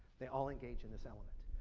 they all engage in this element.